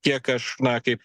tiek aš na kaip